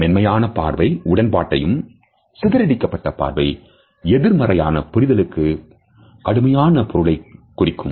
மென்மையான பார்வை உடன்பாட்டையும் சிதறடிக்கப்பட்ட பார்வை எதிர்மறையான புரிதலுக்கு கடுமையான பொருளைக் குறிக்கும்